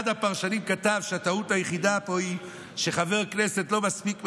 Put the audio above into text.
אחד הפרשנים כתב שהטעות היחידה פה היא חבר כנסת לא מספיק מנוסה,